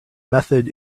method